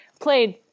played